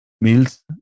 meals